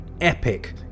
epic